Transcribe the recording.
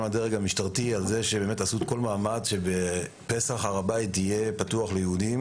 לדרג המשטרתי על זה שהם עשו כל מאמץ שבפסח הר הבית יהיה פתוח ליהודים.